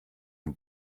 dem